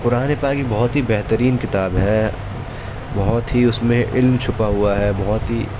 قرآن پاک ایک بہت ہی بہترین کتاب ہے بہت ہی اس میں علم چھپا ہوا ہے بہت ہی